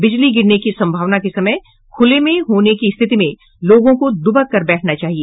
बिजली गिरने की संभावना के समय खूले में होने की स्थिति में लोगों को दुबक कर बैठ जाना चाहिए